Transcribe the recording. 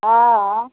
हँ